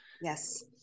Yes